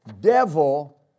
devil